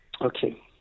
Okay